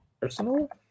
personal